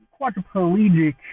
quadriplegic